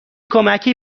کمکی